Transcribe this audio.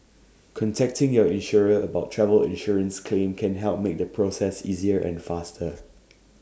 contacting your insurer about your travel insurance claim can help make the process easier and faster